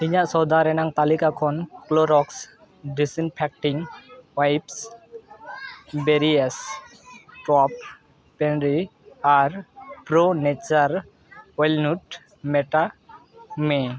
ᱤᱧᱟᱹᱜ ᱥᱚᱣᱫᱟ ᱨᱮᱱᱟᱜ ᱛᱟᱹᱞᱤᱠᱟ ᱠᱷᱚᱱ ᱟᱨ ᱢᱮᱴᱟᱣ ᱢᱮ